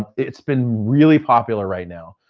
it's been really popular right now,